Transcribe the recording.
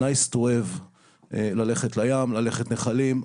nice to have ללכת לים וללכת לנחלים,